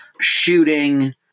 shooting